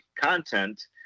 content